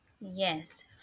Yes